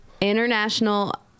International